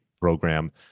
program